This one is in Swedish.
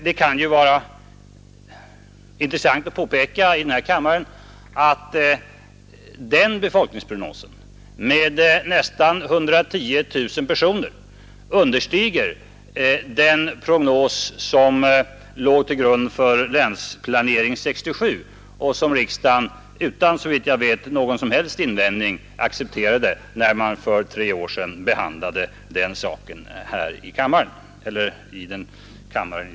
Det kan vara intressant att påpeka att den prognosen med nästan 110 000 personer understiger den prognos som låg till grund för Länsplan 67 och som riksdagen — såvitt jag vet utan någon invändning — accepterade när man för tre år sedan behandlade den saken.